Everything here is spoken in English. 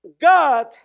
God